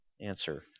answer